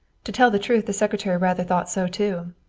to tell the truth, the secretary rather thought so too.